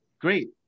great